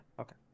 Okay